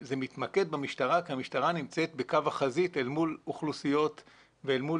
זה מתמקד במשטרה כי המשטרה נמצאת בקו החזית אל מול אוכלוסיות ואל מול